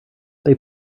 they